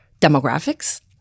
demographics